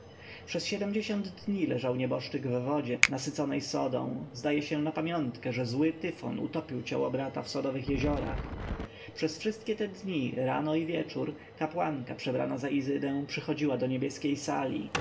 przez siedmdziesiąt dni leżał nieboszczyk w wodzie nasyconej sodą zdaje się na pamiątkę że zły tyfon utopił ciało brata w sodowych jeziorach przez wszystkie te dni rano i wieczór kapłanka przebrana za izydę przychodziła do niebieskiej sali